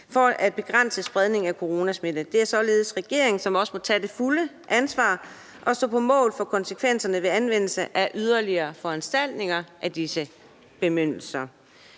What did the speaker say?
for at begrænse spredningen af coronasmitte. Det er således regeringen, som også må tage det fulde ansvar og stå på mål for konsekvenserne ved anvendelse af yderligere foranstaltninger ved brug af disse bemyndigelser.